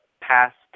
past